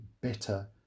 better